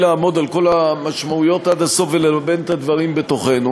לעמוד על כל המשמעויות עד הסוף וללבן את הדברים בתוכנו.